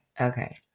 Okay